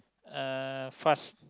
fast